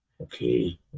okay